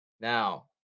Now